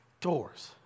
doors